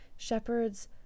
Shepherds